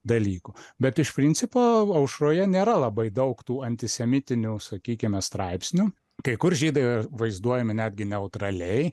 dalykų bet iš principo aušroje nėra labai daug tų antisemitinių sakykime straipsnių kai kur žydai vaizduojami netgi neutraliai